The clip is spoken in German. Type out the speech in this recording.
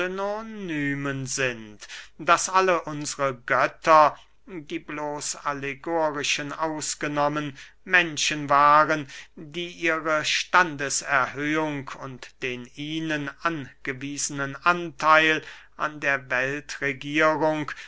daß alle unsre götter die bloß allegorischen ausgenommen menschen waren die ihre standeserhöhung und den ihnen angewiesenen antheil an der weltregierung